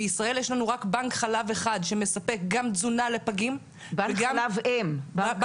בישראל יש לנו רק בנק חלב אחד שמספק גם תזונה לפגים וגם חלב אם.